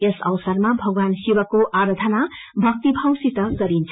यस अवसरमा भगवान शिवको आराधना भक्तिभावसित गरिन्छ